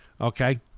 okay